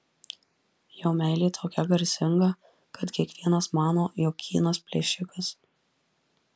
jo meilė tokia garsinga kad kiekvienas mano jog kynas plėšikas